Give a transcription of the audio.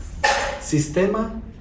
sistema